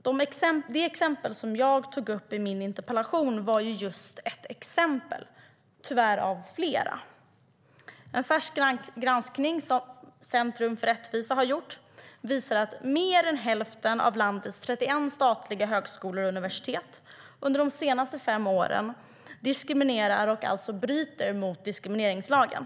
Det exempel jag tog upp i min interpellation var ju tyvärr bara ett exempel av flera. En granskning från Centrum för rättvisa visar att mer än hälften av landets 31 statliga högskolor och universitet under de senaste fem åren har diskriminerat och alltså brutit mot diskrimineringslagen.